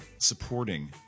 supporting